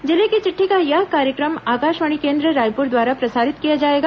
जिले की चिट्ठी का यह कार्यक्रम आकाशवाणी केंद्र रायपुर द्वारा प्रसारित किया जाएगा